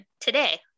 today